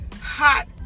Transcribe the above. hot